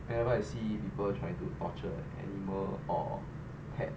whenever I see people trying to torture animal or pet